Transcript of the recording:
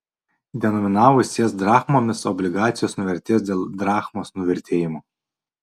denominavus jas drachmomis obligacijos nuvertės dėl drachmos nuvertėjimo